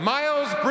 Miles